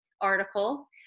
article